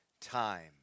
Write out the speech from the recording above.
time